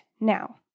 now